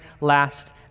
last